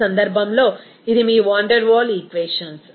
ఈ సందర్భంలో ఇది మీ వాన్ డెర్ వాల్ ఈక్వేషన్స్